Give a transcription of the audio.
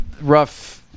rough